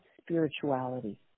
spirituality